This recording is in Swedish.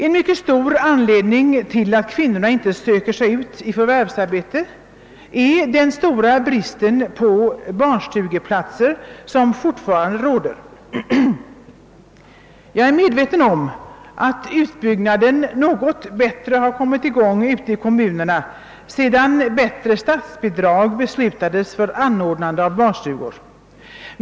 En mycket viktig anledning till att kvinnorna inte har sökt sig ut i förvärvsarbetet är den stora brist på barnstugeplatser som för närvarande råder. Jag är medveten om att utbyggnaden av barnstugeverksamheten har kommit i gång något bättre ute i kommunerna sedan större statsbidrag beslutats för anordnande av barnstugor.